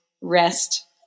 rest